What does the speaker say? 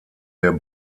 der